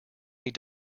need